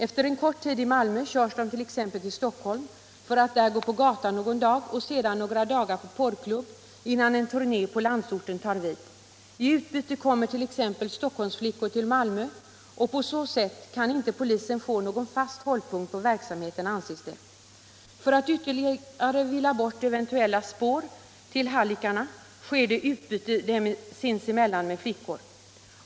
Ffter en kort tud i Malmö körs de t. ex: ull Stockholm för att där gå på gatan någon dag och: sedan några dagar på porrklubb innan en turné på landsorten tar vid. I utbyte kommer t.ex. stockholmsflickor till Malmö och på så sätt kan inte polisen få någon fast hållpunkt på verksamheten, anses det. För att ytterligare villa bort eventuella spår till hallickarna sker det utbyte dem sinsemellan med flickor.